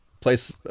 place